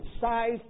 size